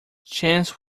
chance